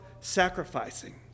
sacrificing